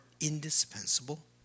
indispensable